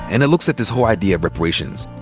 and it looks at this whole idea of reparations,